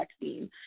vaccine